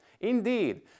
Indeed